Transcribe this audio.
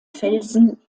felsen